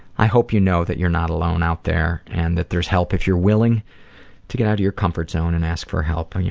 i hope you know that you're not alone out there and that there's help if you're willing to get out of your comfort zone and ask for help, and